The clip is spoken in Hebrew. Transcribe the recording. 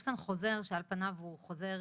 יש כאן חוזר שעל פניו הוא חוזר